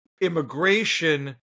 immigration